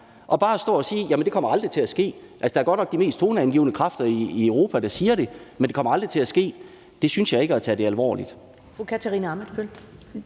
Og bare at stå og sige, at det aldrig kommer til at ske, når det godt nok er de mest toneangivende kræfter i Europa, der siger det, synes jeg ikke er at tage det alvorligt.